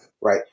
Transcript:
Right